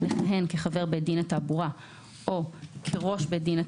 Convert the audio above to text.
לכהן כחבר בית דין לתעבורה או ראש בית דין לתעבורה,